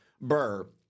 burr